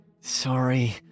Sorry